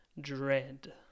Dread